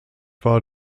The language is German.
war